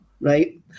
right